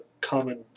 common